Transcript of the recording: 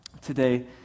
today